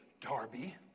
Darby